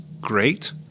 great